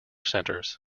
centers